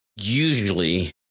usually